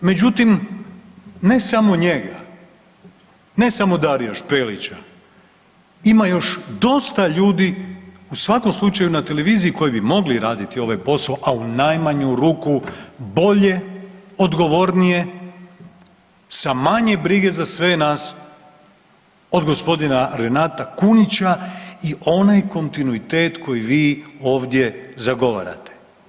Međutim, ne samo njega, ne samo Darija Šprelića, ima još dosta ljudi u svakom slučaju na Televiziji koji bi mogli raditi ovaj posao, a u najmanju ruku bolje, odgovornije, sa manje brige za sve nas od gospodina Renata Kunića i onaj kontinuitet koji vi ovdje zagovarate.